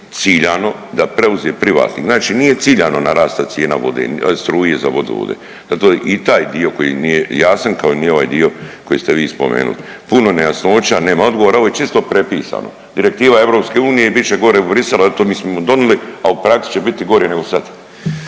ciljano da preuze privatnik, znači nije ciljano narasla cijena vode, struje za vodovode, zato i taj dio koji nije jasan, kao ni ovaj dio koji ste vi spomenuli. Puno nejasnoća, nema odgovora, ovo je čisto prepisano, direktiva EU i bit će gore u Bruxellesu, eto, mi smo donili, a u praksi će bit gore nego sad.